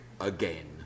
again